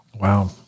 Wow